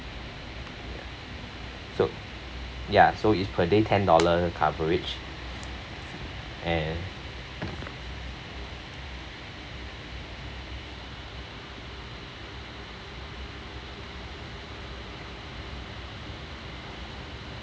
so ya so it's per day ten dollar coverage and